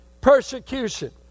Persecution